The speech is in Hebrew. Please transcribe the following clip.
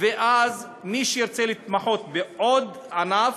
ואז מי שירצה להתמחות בעוד ענף,